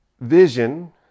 vision